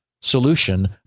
solution